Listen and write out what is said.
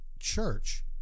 church